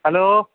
hello